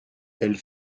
elle